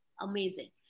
amazing